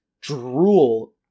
drool